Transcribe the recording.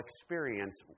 experience